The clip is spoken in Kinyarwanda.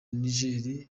niger